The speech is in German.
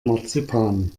marzipan